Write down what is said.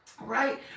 Right